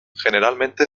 generalmente